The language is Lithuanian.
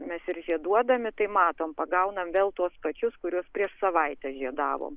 mes ir žieduodami tai matome pagaunam vėl tuos pačius kuriuos prieš savaitę žiedavom